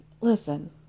listen